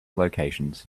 locations